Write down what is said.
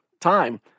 time